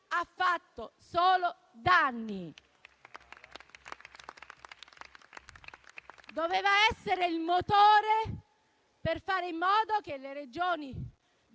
ha fatto solo danni. Doveva essere il motore per fare in modo che le Regioni